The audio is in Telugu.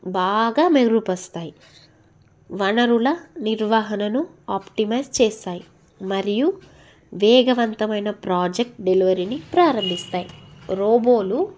బాగా మెరుగు పరుస్తాయి వనరుల నిర్వహణను ఆప్టిమైజ్ చేస్తాయి మరియు వేగవంతమైన ప్రాజెక్ట్ డెలివరీని ప్రారంభిస్తాయి రోబోలు